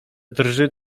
drży